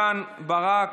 יואב קיש, דוד ביטן, קרן ברק,